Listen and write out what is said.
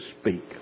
speak